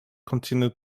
continued